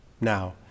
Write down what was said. Now